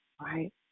right